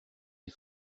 des